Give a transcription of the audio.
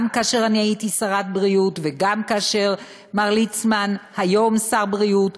גם כאשר אני הייתי שרת בריאות וגם כאשר מר ליצמן היום שר בריאות,